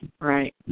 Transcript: Right